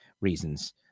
reasons